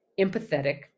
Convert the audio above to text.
empathetic